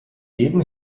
jedem